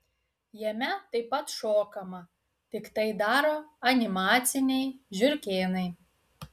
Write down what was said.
jame taip pat šokama tik tai daro animaciniai žiurkėnai